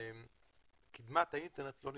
שקידמת האינטרנט לא אצלן.